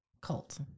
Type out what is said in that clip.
cult